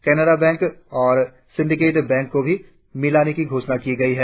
Canara Bank और Syndicate Bank को भी मिलाने की घोषणा की गई है